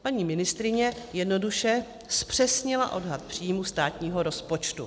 Paní ministryně jednoduše zpřesnila odhad příjmů státního rozpočtu.